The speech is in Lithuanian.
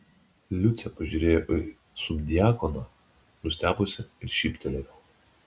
liucė pažiūrėjo į subdiakoną nustebusi ir šyptelėjo